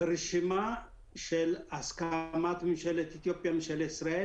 ברשימה בהסכמה ממשלת אתיופיה וממשלת ישראל